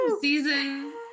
Season